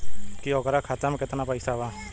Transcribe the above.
की ओकरा खाता मे कितना पैसा बा?